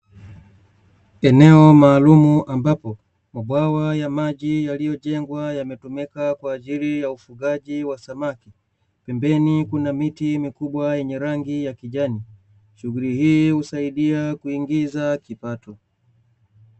Eneo maalumu ambapo mabwawa ya maji yaliyojengwa yametumika kwa ajili ya ufugaji wa samaki, pembeni kuna miti mikubwa yenye rangi ya kijani. Shughuli hii husaidia kuingiza kipato.